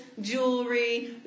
jewelry